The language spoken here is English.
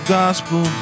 gospel